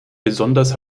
besonders